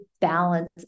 balance